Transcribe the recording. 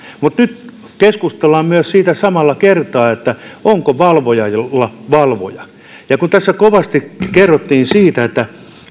mutta nyt keskustellaan samalla kertaa myös siitä onko valvojalla valvoja tässä kovasti kerrottiin siitä että